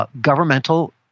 Governmental